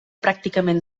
pràcticament